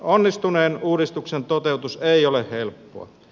onnistuneen uudistuksen toteutus ei ole helppoa